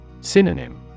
Synonym